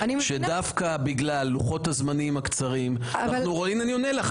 דווקא בגלל לוחות הזמנים הקצרים --- אבל --- אני עונה לך,